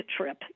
trip